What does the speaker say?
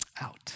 out